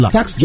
Tax